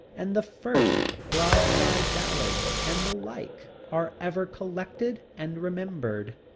and the first broadside ballads and the like, are ever collected and remembered.